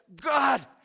God